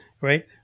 right